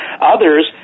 Others